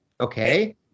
Okay